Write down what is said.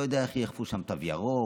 לא יודע איך יאכפו שם תו ירוק,